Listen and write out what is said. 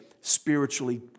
spiritually